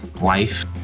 life